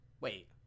Wait